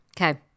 Okay